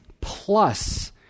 plus